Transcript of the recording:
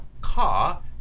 car